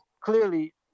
clearly